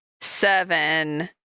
seven